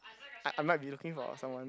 I I might be looking for someone